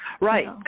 Right